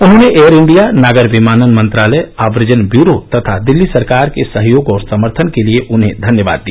उन्होंने Air India नागर विमानन मंत्रालय आव्रजन ब्यूरो तथा दिल्ली सरकार के सहयोग और समर्थन के लिए उन्हें धन्यवाद दिया